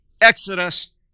Exodus